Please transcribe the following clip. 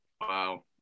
wow